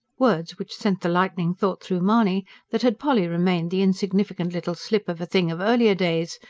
words which sent the lightning-thought through mahony that, had polly remained the insignificant little slip of a thing of earlier days,